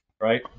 Right